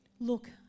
Look